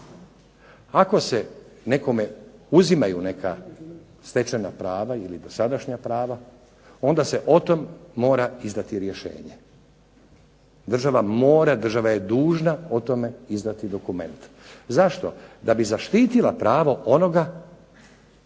Ako se nekome uzimaju neka stečena prava ili dosadašnja prava, onda se o tome mora izdati rješenje. Država je dužna o tome izdati dokument. Zašto? Da bi zaštitila pravo onoga